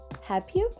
happy